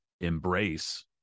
embrace